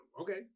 Okay